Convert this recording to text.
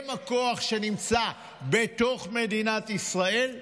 הם הכוח שנמצא בתוך מדינת ישראל,